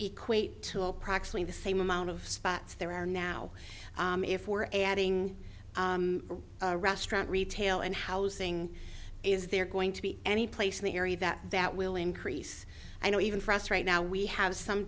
equate to approximately the same amount of spots there are now if we're adding restaurant retail and housing is there going to be any place in the area that that will increase i know even for us right now we have some